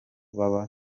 baba